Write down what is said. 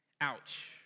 Ouch